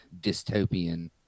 dystopian